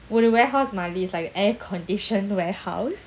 in a warehouse மாதிரி:madhiri is like air-conditioned warehouse